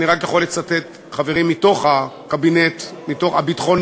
אני רק יכול לצטט חברים מתוך הקבינט הביטחוני,